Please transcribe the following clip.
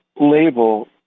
label